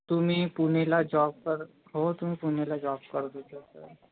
तुम्ही पुणेला जॉब कर हो तुम्ही पुणेला जॉब करत होता तर